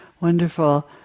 wonderful